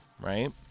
right